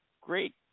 great